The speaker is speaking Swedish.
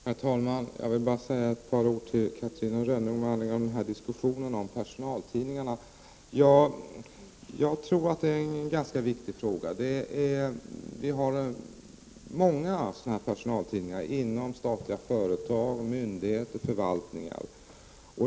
Herr talman! Jag vill bara säga ett par ord till Catarina Rönnung med anledning av diskussionen om personaltidningarna. Jag tror att detta är en ganska viktig fråga. Vi har många personaltidningar inom statliga företag, myndigheter och förvaltning.